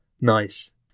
Nice